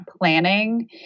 planning